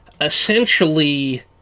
Essentially